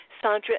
Sandra